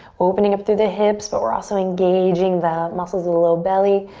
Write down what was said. opening up through the hips but we're also engaging the muscles, the low belly,